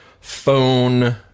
phone